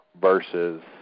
versus